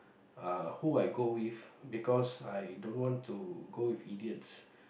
uh who I go with because I don't want to go with idiots